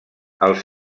els